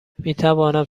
میتوانم